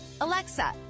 Alexa